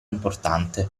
importante